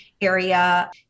area